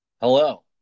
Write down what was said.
Hello